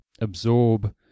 absorb